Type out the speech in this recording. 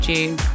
June